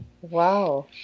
wow